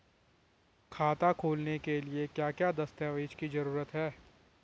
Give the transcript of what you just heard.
खाता खोलने के लिए क्या क्या दस्तावेज़ की जरूरत है?